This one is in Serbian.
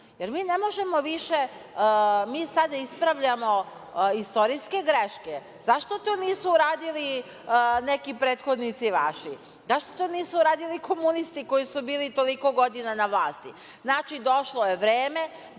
godina zatvora. Mi sada ispravljamo istorijske greške. Zašto to nisu uradili neki prethodnici vaši? Zašto to nisu uradili komunisti koji su bili toliko godina na vlasti? Znači, došlo je vreme